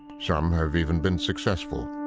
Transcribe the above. some have even been successful.